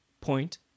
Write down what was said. point